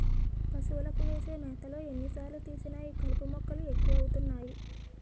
పశువులకు వేసే మేతలో ఎన్ని సార్లు తీసినా ఈ కలుపు మొక్కలు ఎక్కువ అవుతున్నాయి